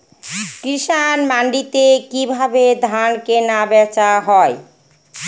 কৃষান মান্ডিতে কি ভাবে ধান কেনাবেচা হয়?